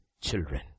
children